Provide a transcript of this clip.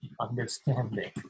understanding